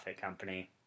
company